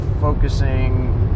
focusing